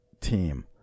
team